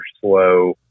slow